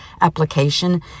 application